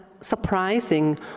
surprising